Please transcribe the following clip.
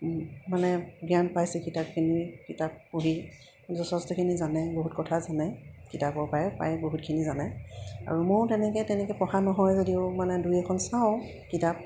মানে জ্ঞান পাইছে কিতাপ কিনি কিতাপ পঢ়ি যথেষ্টখিনি জানে বহুত কথা জানে কিতাপৰপৰাই প্ৰায় বহুতখিনি জানে আৰু ময়ো তেনেকৈ তেনেকৈ পঢ়া নহয় যদিও মানে দুই এখন চাওঁ কিতাপ